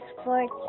Sports